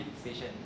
station